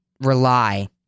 rely